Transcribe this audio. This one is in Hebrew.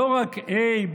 לא רק A,